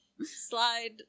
slide